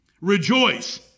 Rejoice